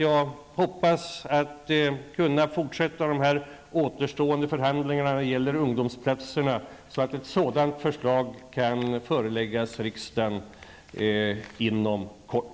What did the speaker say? Jag hoppas kunna fortsätta de återstående förhandlingarna vad gäller ungdomsplatserna så att ett förslag kan föreläggas riksdagen inom kort.